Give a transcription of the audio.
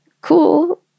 cool